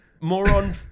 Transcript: moron